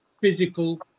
physical